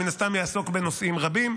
שמן הסתם יעסוק בנושאים רבים,